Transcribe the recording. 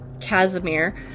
Casimir